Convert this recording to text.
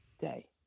day